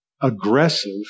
aggressive